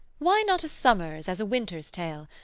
why not a summer's as a winter's tale?